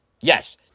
Yes